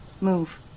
move